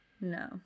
No